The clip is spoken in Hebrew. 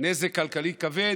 נזק כלכלי כבד,